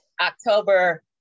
October